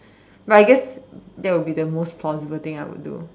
but I guess that will be the most possible thing I would do